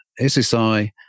SSI